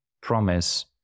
promise